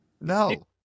No